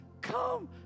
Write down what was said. come